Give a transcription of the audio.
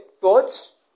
thoughts